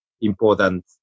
important